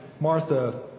Martha